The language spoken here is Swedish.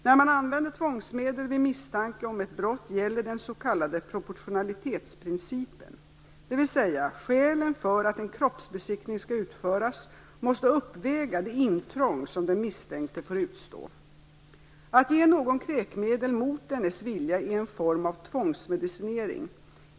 När man använder tvångsmedel vid misstanke om ett brott gäller den s.k. proportionalitetsprincipen, dvs. skälen för att en kroppsbesiktning skall utföras måste uppväga det intrång som den misstänkte får utstå. Att ge någon kräkmedel mot dennes vilja är en form av tvångsmedicinering.